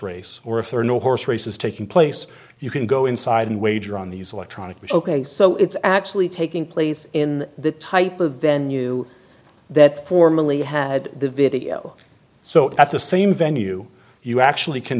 race or if there are no horse races taking place you can go inside and wager on these electronic was ok so it's actually taking place in the type of venue that formally had the video so at the same venue you actually can